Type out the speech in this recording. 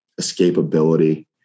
escapability